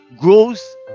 grows